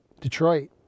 detroit